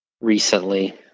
recently